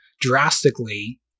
drastically